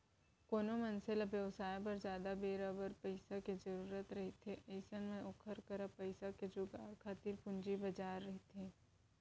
कोनो मनसे ल बेवसाय बर जादा बेरा बर पइसा के जरुरत रहिथे अइसन म ओखर करा पइसा के जुगाड़ खातिर पूंजी बजार रहिथे